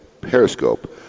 Periscope